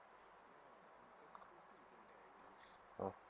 oh